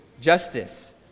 justice